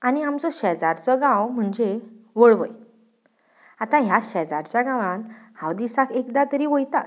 आनी आमचो शेजारचो गांव म्हणचे वळवय आतां ह्या शेजारच्या गांवांत हांव दिसाक एकदां तरी वयतांच